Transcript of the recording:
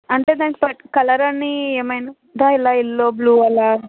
అంటే దానికి కలర్ అని ఏమైనా యెల్లో బ్లూ అలా